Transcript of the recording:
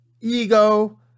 ego